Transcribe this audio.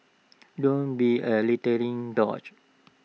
don't be A littering douche